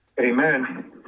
Amen